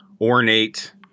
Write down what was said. ornate